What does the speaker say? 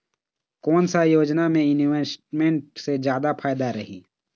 कोन सा योजना मे इन्वेस्टमेंट से जादा फायदा रही?